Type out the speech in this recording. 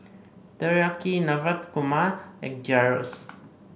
Teriyaki Navratan Korma and Gyros